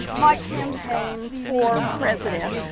my campaign for president.